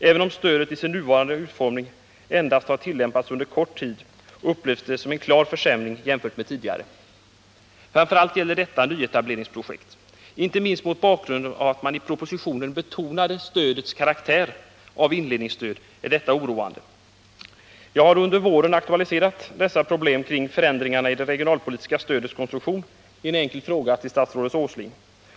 Även om stödet i sin nuvarande utformning endast har tillämpats under kort tid, upplevs det som en klar försämring jämfört med tidigare. Framför allt gäller detta nyetableringsprojekt. Inte minst mot bakgrund av att man i propositionen betonade stödets karaktär av inledningsstöd är detta oroande. Jag har under våren aktualiserat dessa problem kring förändringarna i det regionalpolitiska stödets konstruktion i en enkel fråga till statsrådet Åsling.